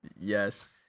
Yes